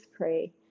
pray